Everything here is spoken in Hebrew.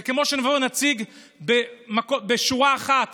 זה כמו שנבוא ונציג בשורה אחת